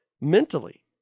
mentally